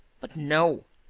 but no,